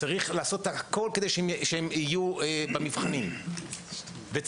צריך לעשות הכול כדי שהם יהיו במבחנים וצריך